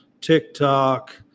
TikTok